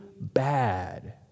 bad